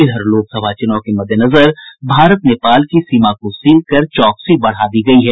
इधर लोकसभा चुनाव के मद्देनजर भारत नेपाल की सीमा को सील कर चौकसी बढ़ा दी गयी है